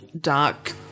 dark